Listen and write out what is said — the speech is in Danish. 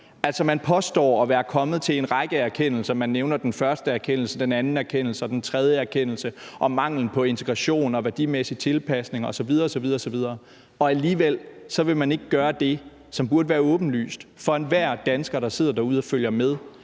man påstår at være kommet til en række erkendelser. Man nævner den første erkendelse, den anden erkendelse og den tredje erkendelse og manglen på integration og værdimæssig tilpasning osv. osv., og alligevel vil man ikke gøre det, som burde være åbenlyst for enhver dansker, der sidder derude og følger med,